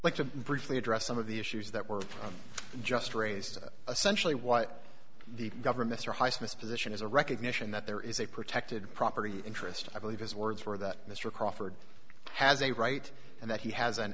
like to briefly address some of the issues that were just raised it essentially what the governments are highsmith position is a recognition that there is a protected property interest i believe his words were that mr crawford has a right and that he has an